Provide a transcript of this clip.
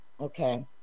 Okay